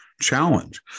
challenge